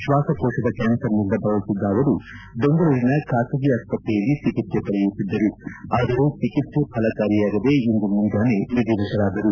ಶ್ವಾಸಕೋಶದ ಕ್ಯಾನ್ಸರ್ನಿಂದ ಬಳಲುತ್ತಿದ್ದ ಅವರು ಬೆಂಗಳೂರಿನ ಖಾಸಗಿ ಆಸ್ಪತ್ರೆಯಲ್ಲಿ ಚಿಕಿತ್ಸೆ ಪಡೆಯುತ್ತಿದ್ದರು ಆದರೆ ಚಿಕಿತ್ಸೆ ಥೆಲಕಾರಿಯಾಗದೆ ಇಂದು ಮುಂಜಾನೆ ವಿಧಿವಶರಾದರು